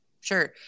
sure